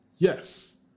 Yes